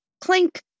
Clink